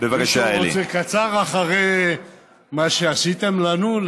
מישהו רוצה קצר אחרי מה שעשיתם לנו,